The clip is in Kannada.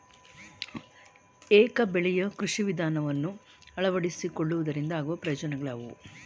ಏಕ ಬೆಳೆಯ ಕೃಷಿ ವಿಧಾನವನ್ನು ಅಳವಡಿಸಿಕೊಳ್ಳುವುದರಿಂದ ಆಗುವ ಪ್ರಯೋಜನಗಳು ಯಾವುವು?